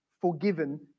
forgiven